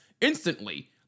instantly